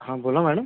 हा बोला मॅडम